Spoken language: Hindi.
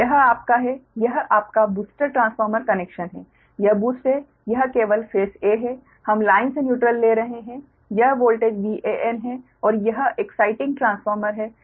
तो यह आपका है यह आपका बूस्टर ट्रांसफार्मर कनेक्शन है यह बूस्ट है यह केवल फेस 'a' है हम लाइन से न्यूट्रल ले रहे हैं यह वोल्टेज Van है और यह एक्साइटिंग ट्रांसफार्मर है